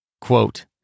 quote